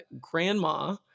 grandma